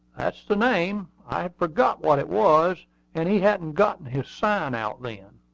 that's the name. i had forgotten what it was and he hadn't got his sign out then.